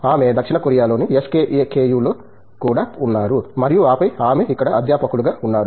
ఆమె దక్షిణ కొరియాలోని SKKU లో కూడా ఉన్నారు మరియు ఆపై ఆమె ఇక్కడ అధ్యాపకులుగా ఉన్నారు